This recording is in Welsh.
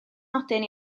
nodyn